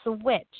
switch